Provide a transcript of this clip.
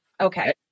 Okay